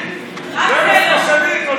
אבל מה עשית?